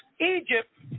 Egypt